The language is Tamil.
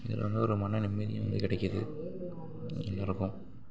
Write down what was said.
இதில் வந்து ஒரு மன நிம்மதியும் இங்கே கிடைக்குது எல்லோருக்கும்